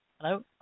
Hello